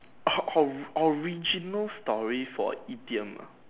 or~ or~ original story for idiom ah